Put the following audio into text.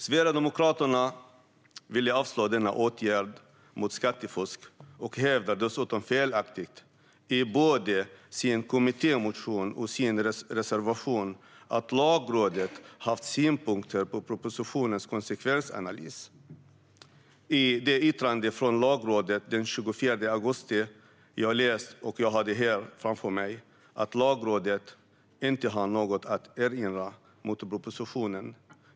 Sverigedemokraterna vill avslå denna åtgärd mot skattefusk och hävdar dessutom felaktigt, både i sin kommittémotion och i sin reservation, att Lagrådet haft synpunkter på propositionens konsekvensanalys. I Lagrådets yttrande från den 24 augusti - jag har läst det och har det framför mig - står det att Lagrådet inte har något att erinra mot propositionen.